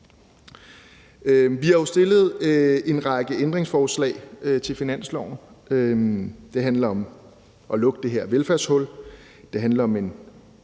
Vi har jo stillet en række ændringsforslag til finanslovsforslaget. Det handler om at lukke det her velfærdshul. Det handler om en